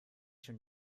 schon